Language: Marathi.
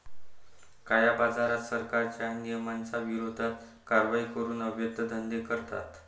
काळ्याबाजारात, सरकारच्या नियमांच्या विरोधात कारवाई करून अवैध धंदे करतात